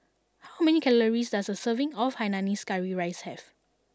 how many calories does a serving of Hainanese Curry Rice have